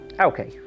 okay